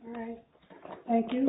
right thank you